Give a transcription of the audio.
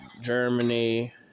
Germany